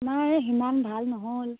নাই সিমান ভাল নহ'ল